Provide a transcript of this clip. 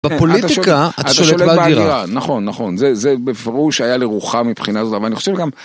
בפוליטיקה את שולט באגירה. נכון, נכון, זה בפירוש שהיה לרוחה מבחינה זו, אבל אני חושב גם...